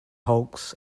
hulks